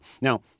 Now